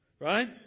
Right